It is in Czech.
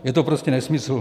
Je to prostě nesmysl.